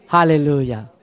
Hallelujah